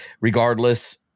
regardless